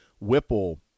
Whipple